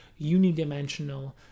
unidimensional